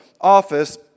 office